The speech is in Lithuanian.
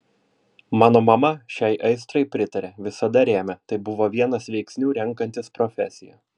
mano mama šiai aistrai pritarė visada rėmė tai buvo vienas veiksnių renkantis profesiją